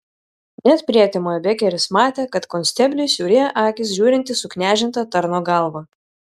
net prietemoje bekeris matė kad konstebliui siaurėja akys žiūrint į suknežintą tarno galvą